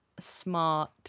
smart